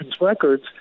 records